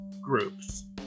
groups